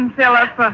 Philip